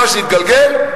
מה שהתגלגל,